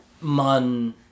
Mun